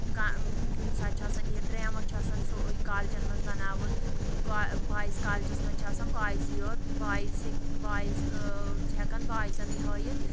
کانٛہہ کُنہِ ساتہٕ چھُ آسان یہِ ڈرٛاما چھُ آسان کالجن منٛز بَناوُن گوٚو بایِز کالجَس منٛز چھِ آسان بایزٕے یوت بایِز ہیٚکہِ بایِز چھِ ہٮ۪کان بایزنٕے ہٲوِتھ